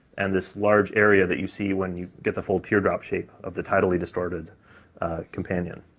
and this large area that you see when you get the full teardrop shape of the tidally distorted companion.